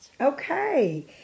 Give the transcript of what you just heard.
Okay